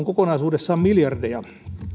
kokonaisuudessaan miljardeja